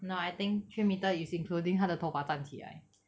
no I think three metre is including 他的头发站起来